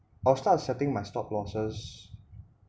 I'll start setting my stop losses